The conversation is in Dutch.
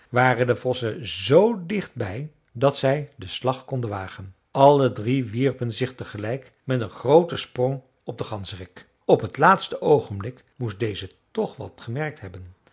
waren de vossen z dicht bij dat zij den slag konden wagen alle drie wierpen zich tegelijk met een grooten sprong op den ganzerik op het laatste oogenblik moest deze toch wat gemerkt hebben